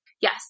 Yes